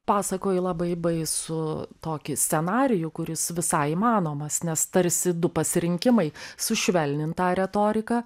pasakoji labai baisų tokį scenarijų kuris visai įmanomas nes tarsi du pasirinkimai sušvelnint tą retoriką